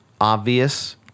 obvious